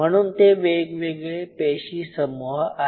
म्हणून ते वेगवेगळे पेशी समूह आहेत